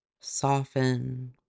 soften